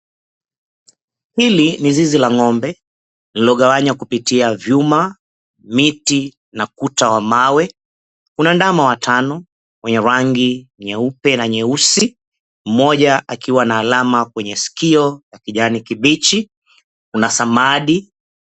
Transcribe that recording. Hili ni zizi la ng'ombe lililogawanywa kupitia vyuma, miti na kuta wa mawe, kuna ndama watano wenye rangi nyeupe na nyeusi, mmoja akiwa na alama kwenye sikio ya kijani kibichi, kuna samadi.